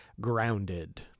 Grounded